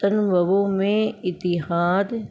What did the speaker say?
تنوع میں اتحاد